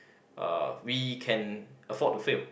uh we can afford to fail